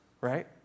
right